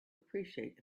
appreciate